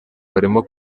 barimo